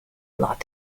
lot